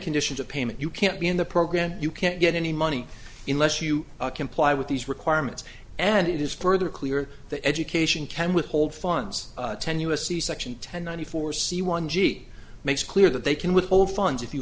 conditions of payment you can't be in the program you can't get any money in less you comply with these requirements and it is further clear that education can withhold funds ten u s c section ten ninety four c one g makes clear that they can withhold funds if you